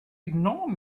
ignore